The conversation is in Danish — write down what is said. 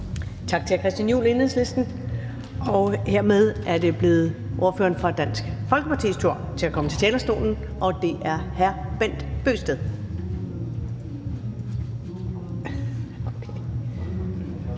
Tak til hr. Christian Juhl, Enhedslisten. Hermed er det blevet ordføreren for Dansk Folkepartis tur til at komme på talerstolen, og det er hr. Bent Bøgsted.